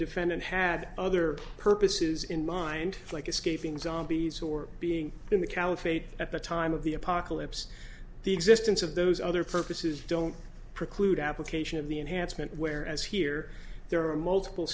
defendant had other purposes in mind like escaping zombies or being in the caliphate at the time of the apocalypse the existence of those other purposes don't preclude application of the enhancement whereas here there are multiple